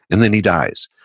and then he dies.